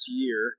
year